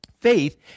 faith